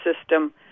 system